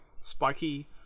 spiky